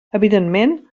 evidentment